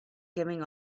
giving